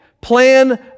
plan